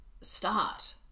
start